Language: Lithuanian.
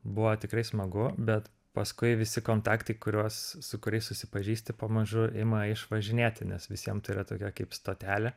buvo tikrai smagu bet paskui visi kontaktai kuriuos su kuriais susipažįsti pamažu ima išvažinėti nes visiem tai yra tokia kaip stotelė